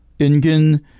Ingen